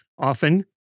often